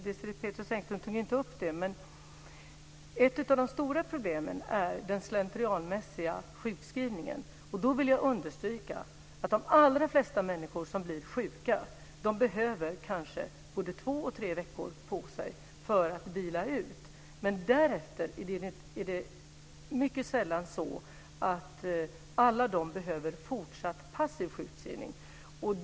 Désirée Pethrus Engström tog inte upp det, men ett av de stora problemen är den slentrianmässiga sjukskrivningen. Då vill jag understryka att de allra flesta människor som blir sjuka behöver kanske både två och tre veckor på sig för att vila ut, men därefter är det mycket sällan så att alla de behöver fortsatt passiv sjukskrivning.